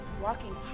walking